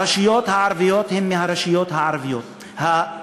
הרשויות הערביות הן מהרשויות החלשות,